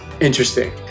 Interesting